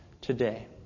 today